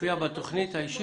מופיע בתכנית האישית?